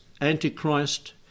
Antichrist